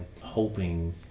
hoping